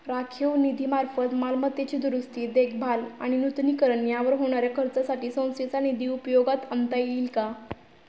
राखीव निधीमार्फत मालमत्तेची दुरुस्ती, देखभाल आणि नूतनीकरण यावर होणाऱ्या खर्चासाठी संस्थेचा निधी उपयोगात आणता येईल का?